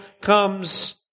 comes